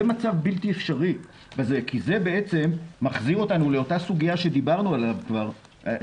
זה מצב בלתי אפשרי כי זה מחזיר אותנו לאותה סוגיה שדיברנו עליה פעם: